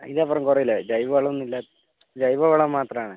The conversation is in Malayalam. അതിന്റെ അപ്പുറം കുറയില്ല ജൈവവളം ജൈവവളം മാത്രമാണ്